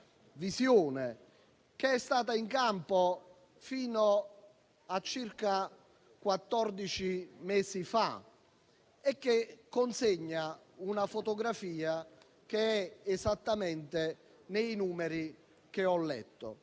visione che è stata in campo fino a circa quattordici mesi fa e che consegna una fotografia che è esattamente nei numeri che ho letto.